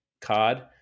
card